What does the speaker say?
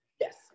Yes